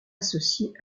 associé